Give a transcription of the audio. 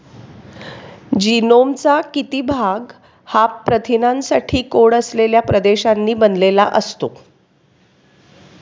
जीनोमचा किती भाग हा प्रथिनांसाठी कोड असलेल्या प्रदेशांनी बनलेला असतो?